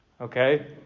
okay